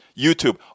YouTube